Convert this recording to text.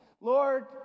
Lord